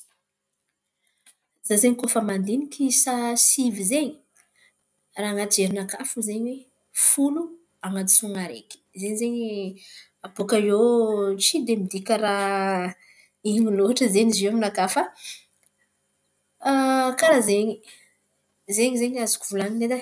Za izen̈y kôfa mandin̈iky isa sivy zey raha anaty jerinakà fô izen̈y folo an̈atsorana raiky. Abôaka eo tsy dia midika raha ino lôtra izen̈y izy io aminakà fa karà zen̈y zay izen̈y azoko volanin̈y edy e.